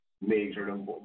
major